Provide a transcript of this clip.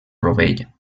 rovell